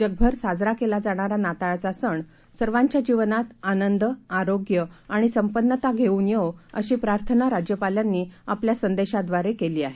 जगभरसाजराकेलाजाणारानाताळचासणसर्वांच्याजीवनातआनंद आरोग्यआणिसंपन्नताघेवूनयेवो अशीप्रार्थनाराज्यपालांनीआपल्यासंदेशाद्वारेकेलीआहे